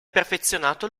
perfezionato